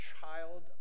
child